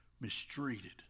mistreated